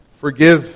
forgive